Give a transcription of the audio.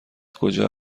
کجا